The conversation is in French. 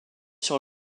sur